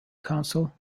council